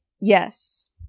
Yes